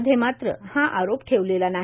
मध्ये मात्र हा आरोप ठेवलेला नाही